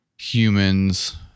humans